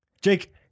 Jake